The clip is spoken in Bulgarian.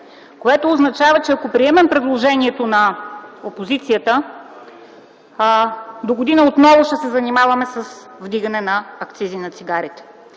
което означава, че ако приемем предложението на опозицията, догодина отново ще се занимаваме с вдигане акциза на цигарите.